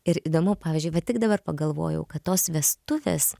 ir įdomu pavyzdžiui bet tik dabar pagalvojau kad tos vestuvės